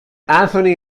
anthony